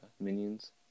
Minions